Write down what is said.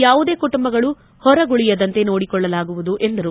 ಯಾವುದೇ ಕುಟುಂಬಗಳು ಹೊರಗುಳಿಯದಂತೆ ನೋಡಿಕೊಳ್ಳಲಾಗುವುದು ಎಂದರು